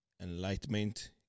enlightenment